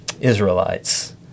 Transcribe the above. Israelites